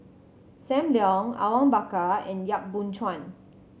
Sam Leong Awang Bakar and Yap Boon Chuan